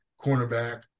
cornerback